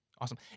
Awesome